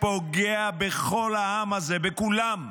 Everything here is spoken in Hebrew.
שפוגע בכל העם הזה, בכולם.